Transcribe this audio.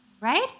right